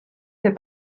fait